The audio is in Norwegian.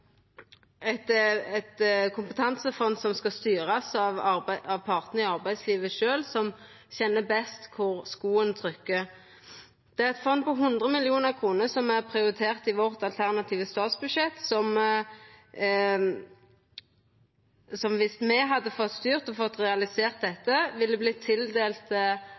eit kompetansefond som skal styrast av partane i arbeidslivet sjølve, som kjenner best kor skoen trykkar. Det er eit fond på 100 mill. kr, som er prioritert i vårt alternative statsbudsjett, og som viss me hadde fått styrt og fått realisert dette, ville vorte tildelt